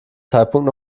zeitpunkt